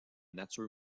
nature